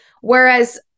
whereas